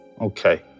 Okay